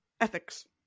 ethics